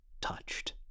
touched